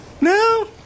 No